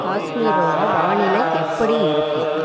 காஷ்மீரோட வானிலை எப்படி இருக்குது